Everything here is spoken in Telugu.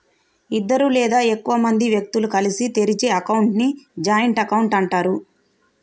ఇద్దరు లేదా ఎక్కువ మంది వ్యక్తులు కలిసి తెరిచే అకౌంట్ ని జాయింట్ అకౌంట్ అంటరు